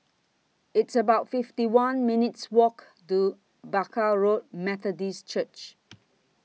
It's about fifty one minutes' Walk to Barker Road Methodist Church